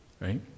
right